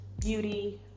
beauty